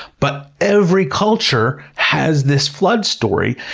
but every culture has this flood story.